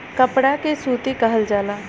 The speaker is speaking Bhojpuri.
कपड़ा के सूती कहल जाला